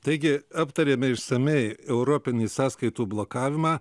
taigi aptarėme išsamiai europinį sąskaitų blokavimą